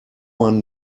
one